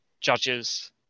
judges